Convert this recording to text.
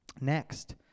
Next